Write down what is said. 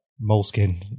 moleskin